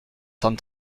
cent